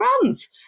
brands